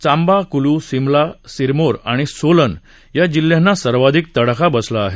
चांबा कुलू सिमला सिरमोर आणि सोलन या जिल्ह्यांना सर्वाधिक तडाखा बसला आहे